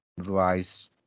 Otherwise